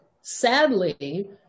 sadly